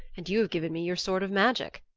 and you have given me your sword of magic.